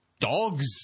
Dogs